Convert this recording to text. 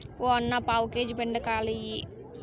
ఓ అన్నా, పావు కేజీ బెండకాయలియ్యి